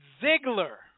Ziegler